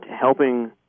helping